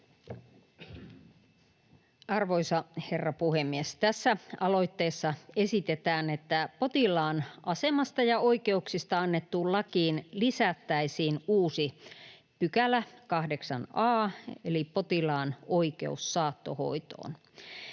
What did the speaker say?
Arvoisa herra puhemies! Tässä aloitteessa esitetään, että potilaan asemasta ja oikeuksista annettuun lakiin lisättäisiin uusi 8 a § eli potilaan oikeus saattohoitoon.